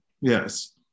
Yes